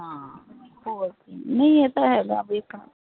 ਹਾਂ ਹੋਰ ਕੀ ਨਹੀਂ ਇਹ ਤਾਂ ਹੈਗਾ ਵੀ ਤਾਂ